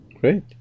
great